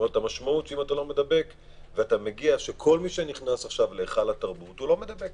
המשעות היא שכל מי שנכנס עכשיו להיכל התרבות לא מדבק,